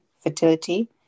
fertility